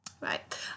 Right